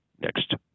next